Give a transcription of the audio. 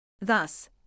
Thus